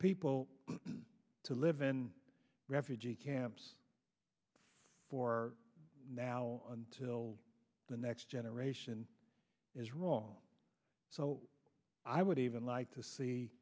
people to live in refugee camps for now until the next generation is wrong so i would even like to